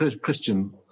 christian